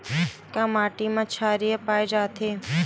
का माटी मा क्षारीय पाए जाथे?